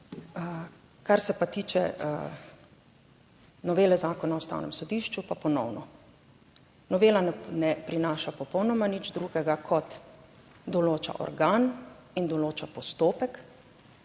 Kar se pa tiče novele Zakona o Ustavnem sodišču pa ponovno. Novela ne prinaša popolnoma 2. kot določa organ in določa postopek,